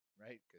Right